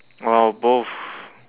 oh both